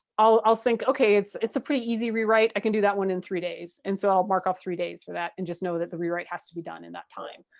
i'll also think okay. it's it's a pretty easy rewrite. i can do that one in three days and so i'll mark off three days for that and just know that the rewrite has to be done in that time.